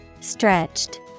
stretched